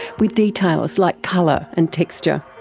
with details like colour and texture.